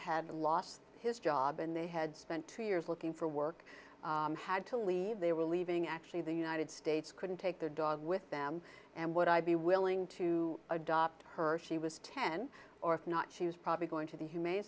had lost his job and they had spent two years looking for work had to leave they were leaving actually the united states couldn't take their dog with them and would i be willing to adopt her she was ten or if not she was probably going to the humane